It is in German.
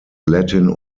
latin